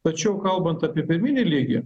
tačiau kalbant apie pirminį lygį